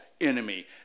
enemy